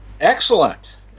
Excellent